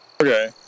Okay